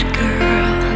girl